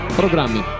programmi